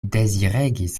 deziregis